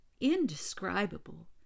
indescribable